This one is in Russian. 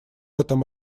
этом